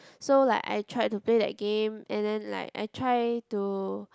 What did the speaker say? so like I tried to play that game and then like I try to